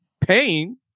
pain